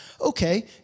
okay